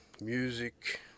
music